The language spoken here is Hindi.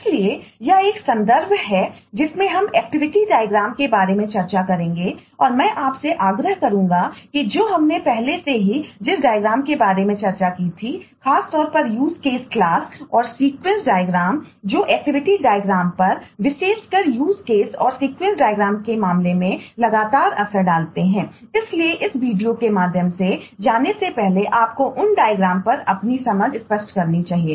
इसलिए यह एक संदर्भ है जिसमें हम एक्टिविटी डायग्राम पर अपनी समझ स्पष्ट करनी चाहिए